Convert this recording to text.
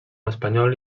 espanyol